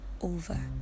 over